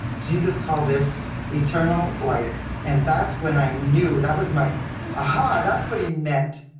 jesus called this eternal life. and that's when i knew. that was my a ha, that's what he meant.